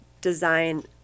design